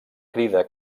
crida